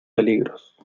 peligros